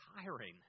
tiring